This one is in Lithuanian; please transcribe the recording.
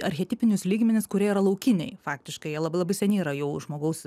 archetipinius lygmenis kurie yra laukiniai faktiškai jie labai labai seniai yra jau žmogaus